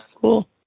cool